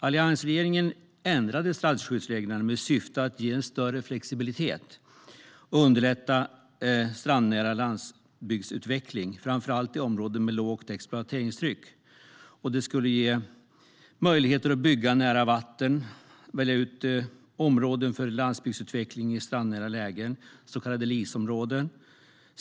Alliansregeringen ändrade strandskyddsreglerna med syftet att ge en större flexibilitet och underlätta strandnära landsbygdsutveckling, framför allt i områden med lågt exploateringstryck. Det skulle ge möjligheter att bygga nära vatten genom att välja ut områden för landsbygdsutveckling i strandnära lägen, så kallade LIS-områden.